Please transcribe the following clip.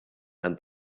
and